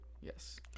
Yes